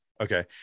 Okay